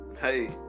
Hey